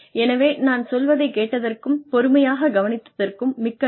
எனவே நான் சொல்வதைக் கேட்டதற்கும் பொறுமையாகக் கவனித்ததற்கும் மிக்க நன்றி